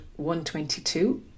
122